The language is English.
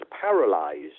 paralyzed